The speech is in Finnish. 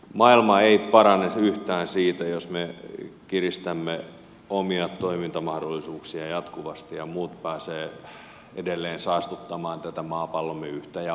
maailma ei parane yhtään siitä jos me kiristämme omia toimintamahdollisuuksia jatkuvasti ja muut pääsevät edelleen saastuttamaan maapallomme yhtä ja ainoaa ilmastoa